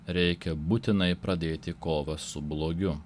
reikia būtinai pradėti kovą su blogiu